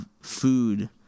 food